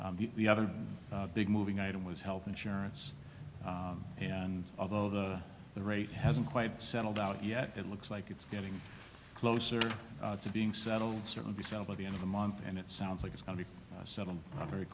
other big moving item was health insurance and although the the rate hasn't quite settled out yet it looks like it's getting closer to being settled certainly sounds like the end of the month and it sounds like it's going to settle very